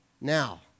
now